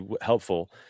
helpful